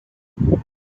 world